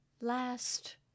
Last